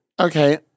Okay